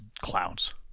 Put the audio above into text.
clouds